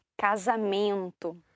Casamento